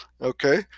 Okay